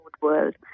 world